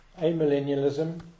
Amillennialism